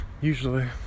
Usually